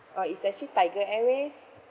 uh it's actually tiger airways